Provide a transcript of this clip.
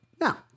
Now